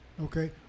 okay